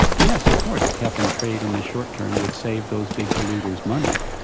yes, of course, cap and trade in the short term would save those big polluters money.